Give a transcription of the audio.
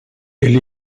elle